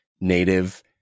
native